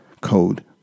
Code